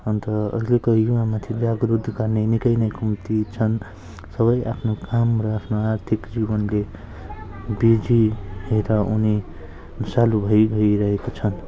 अन्त अहिलेको युवामाथि जागरुक गर्ने निकै नै कम्ती छन् सबै आफ्नो काम र आफ्नो आर्थिक जीवनले बिजी भएर उनी चालु भइ भइरहेका छन्